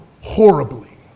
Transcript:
horribly